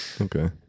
Okay